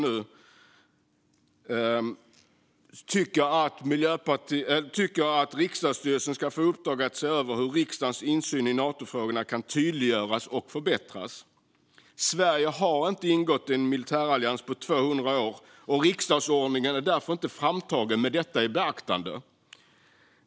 Miljöpartiet anser att riksdagsstyrelsen ska få i uppdrag att se över hur riksdagens insyn i Natofrågorna kan tydliggöras och förbättras. Sverige har inte ingått i en militärallians på 200 år, och riksdagsordningen är därför inte framtagen med detta i beaktande.